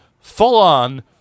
full-on